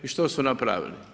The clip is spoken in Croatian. I što su napravili?